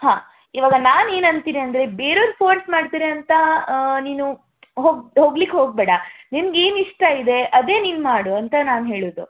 ಹಾಂ ಇವಾಗ ನಾನು ಏನು ಅಂತೀನಿ ಅಂದರೆ ಬೇರೆಯವ್ರು ಫೋರ್ಸ್ ಮಾಡ್ತಾರೆ ಅಂತ ನೀನು ಹೋಗಿ ಹೋಗ್ಲಿಕ್ಕೆ ಹೋಗಬೇಡ ನಿನ್ಗೆ ಏನು ಇಷ್ಟ ಇದೆ ಅದೇ ನೀನು ಮಾಡು ಅಂತ ನಾನು ಹೇಳೋದು